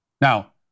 Now